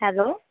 hello